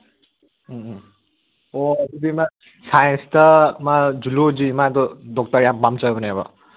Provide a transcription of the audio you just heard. ꯎꯝ ꯎꯝ ꯑꯣ ꯑꯗꯨꯗꯤ ꯃꯥ ꯁꯥꯟꯁꯇ ꯃꯥ ꯖꯨꯂꯣꯖꯤ ꯃꯥꯗꯣ ꯗꯣꯛꯇꯔ ꯌꯥꯝ ꯄꯥꯝꯖꯕꯅꯦꯕ